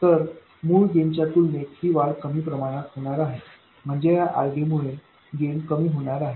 तर मूळ गेन च्या तुलनेत ही वाढ कमी प्रमाणात होणार आहे म्हणजे या RD मुळे गेन कमी होणार आहे